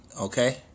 okay